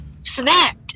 Snap